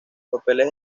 papeles